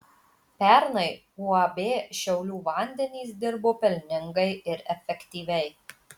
pernai uab šiaulių vandenys dirbo pelningai ir efektyviai